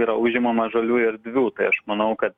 yra užimama žaliųjų erdvių tai aš manau kad